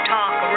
Talk